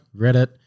Reddit